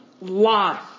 life